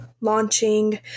launching